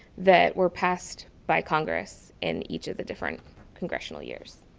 that were passed by congress in each of the different congressional years.